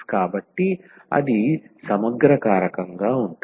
కాబట్టి అది సమగ్ర కారకంగా ఉంటుంది